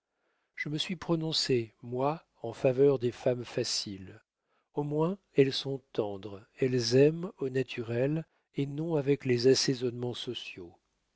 je me suis prononcé moi en faveur des femmes faciles au moins elles sont tendres elles aiment au naturel et non avec les assaisonnements sociaux